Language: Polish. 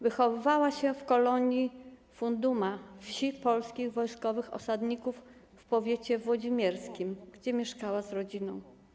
Wychowywała się w kolonii Funduma, wsi polskiej wojskowych osadników w powiecie włodzimierskim, gdzie mieszkała z rodziną.